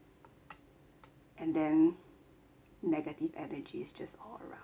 and then negative energy is just all around